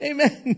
Amen